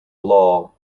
law